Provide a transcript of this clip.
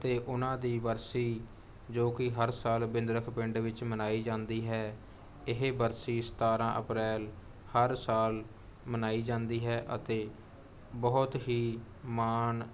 ਅਤੇ ਉਹਨਾਂ ਦੀ ਬਰਸੀ ਜੋ ਕਿ ਹਰ ਸਾਲ ਬਿੰਦਰਖ ਪਿੰਡ ਵਿੱਚ ਮਨਾਈ ਜਾਂਦੀ ਹੈ ਇਹ ਬਰਸੀ ਸਤਾਰਾਂ ਅਪ੍ਰੈਲ ਹਰ ਸਾਲ ਮਨਾਈ ਜਾਂਦੀ ਹੈ ਅਤੇ ਬਹੁਤ ਹੀ ਮਾਣ